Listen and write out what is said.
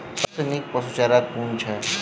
सबसँ नीक पशुचारा कुन छैक?